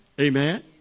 Amen